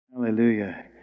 Hallelujah